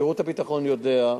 שירות הביטחון יודע,